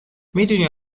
میدونی